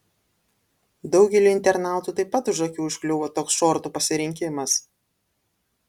daugeliui internautų taip pat už akių užkliuvo toks šortų pasirinkimas